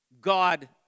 God